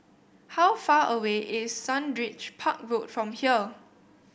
how far away is Sundridge Park Road from here